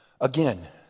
Again